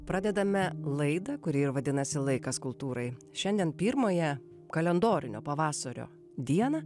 pradedame laidą kuri ir vadinasi laikas kultūrai šiandien pirmąją kalendorinio pavasario dieną